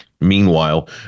Meanwhile